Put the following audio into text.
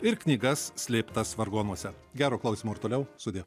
ir knygas slėptas vargonuose gero klausymo ir toliau sudie